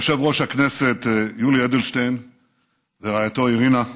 יושב-ראש הכנסת יולי אדלשטיין ורעייתו אירינה,